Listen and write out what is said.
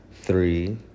three